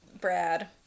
Brad